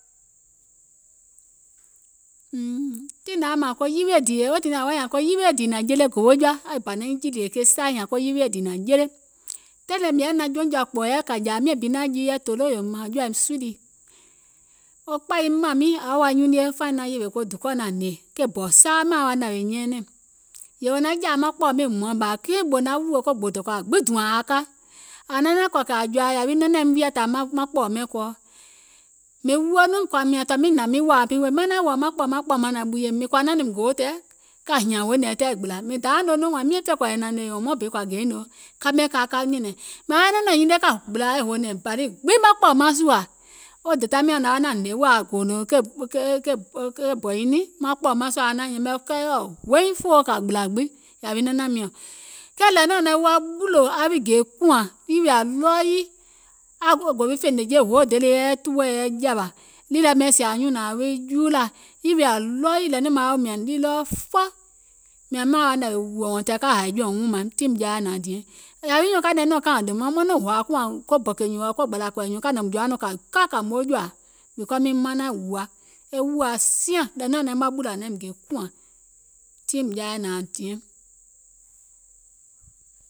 Tiŋ nȧŋ yaȧ mȧȧŋ ko yiwieè dìì, weè tiŋ ne ȧŋ woȧ nyȧȧŋ ko yiwieè dìì nȧŋ jele gowojɔa, aŋ bȧ naiŋ jìlìè ke sai nyȧȧŋ ko yiwieè dìì nȧŋ jele, taìŋ mìŋ naȧŋ jɔùŋ jɔa kpɔ̀ɔ̀ yɛi kȧ jȧȧ miȧŋ bi jii yɛi naȧŋ tòloò mȧȧŋ jɔ̀ȧim suiɗìi, wo kpȧyiim mȧmiŋ ȧŋ yaȧ wa nyunie faiŋ naŋ yèwè dùkɔɔ̀ naŋ hnè ke bɔ̀ saa maȧŋ wa nȧwèè nyɛɛnɛ̀ŋ, yèè wò naŋ jȧȧ maŋ kpɔ̀ɔ̀ miiŋ hmɔ̀ɔ̀iŋ, ɓȧȧ ɓòò naŋ wùò ko gbòò dògbȧ aŋ gbiŋ dùȧŋ ȧaŋ ka, ȧŋ naŋ naȧŋ kɔ̀ kɛ̀ ȧŋ jòȧ yȧwi nanȧim wiatȧ kpɔ̀ɔ̀ mɛɛ̀ŋ kɔɔ, mìŋ wuo nɔŋ mìŋ kɔ̀ȧ mìȧȧŋ tɔ̀ miŋ hnȧŋ miŋ wȧȧ miŋ weè, mìŋ naŋ naȧŋ wɔ̀ɔ̀ maŋ kpɔ̀ɔ̀ maŋ, maŋ kpɔ̀ɔ̀ maŋ naŋ ɓuuyè, mìŋ kɔ̀ȧ naȧŋ nɔŋ mìŋ gòo tɛɛ̀, ka hìȧŋ hoònɛ̀ɛŋ yè tɛɛ̀ e gbìlȧ, mìŋ dȧauŋ nòò nɔŋ wȧȧŋ miàŋ fè kɔ̀ɔ̀yɛ̀ nɛ̀nɛ̀ŋ yò muȧŋ bi kɔ̀ȧ geìŋ nòo, ka ɓɛìŋ ka ka nyɛ̀nɛ̀ŋ, maŋ yai wa nɔŋ nɔ̀ŋ yiniè ka gbìlȧ hòònɛ̀ŋ bȧ lii gbiŋ kpɔ̀ɔ̀ maŋ sùȧ, wo dèda miɔ̀ŋ naŋ wa naȧŋ hnè wèè aŋ gòònò ke bɔ nyiŋ nɛɛ̀ŋ, maŋ kpɔ̀ɔ̀ maŋ sùȧ aaŋ naȧŋ yɛmɛ̀, wo kɛìɔ hoiŋ fòo kȧ gbìlȧ gbiŋ yȧwi nanȧŋ miɔ̀ŋ, kɛɛ nȧȧŋ nɔŋ ȧŋ naŋ wi wa ɓùlò aŋ wi gè kùȧŋ yìwìȧ ɗɔɔ yii, wo gò wi fè nɛ̀ŋje hoo day lii e yɛi tuwò e yɛi jȧwȧ, nìì lɛ ɓɛìŋ sìà aŋ nyùnȧŋ aŋ wi juulȧ, yìwìȧ ɗɔɔ yii nȧȧŋ nɔŋ maŋ wa woò mìàŋ julɔfɔ mìȧŋ maȧŋ wa nȧwèè wùò until ka hȧì jɔ̀ùŋ wùùmaim, tiŋ jaa yaȧ nȧaŋ sùȧ, yàwi nyùùŋ kȧìŋ nɛ e nɔ̀ŋ kȧàìŋ dòmaŋ ka nɔŋ yɛmɛ̀ maŋ hòȧ kùȧŋ ko bɔ̀kè nyùùŋ ɔ̀ɔ̀ ko gbȧlȧ kɔ̀ì nyùùŋ kȧȧìŋ nɛ mùŋ jɔ̀àa nɔŋ kà ka kȧ moo jòà, because miŋ manȧŋ wùa, e wùa siȧŋ, nȧȧŋ nɔŋ ȧŋ naim wa ɓùlò ȧŋ naim gè kùȧŋ tiŋ jaa yaȧ nȧaŋ diɛŋ.